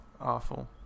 awful